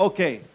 Okay